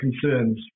concerns